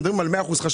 מדברים על מאה חשמלי,